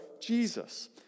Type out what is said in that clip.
Jesus